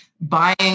Buying